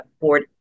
board